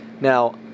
Now